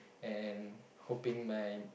and hoping my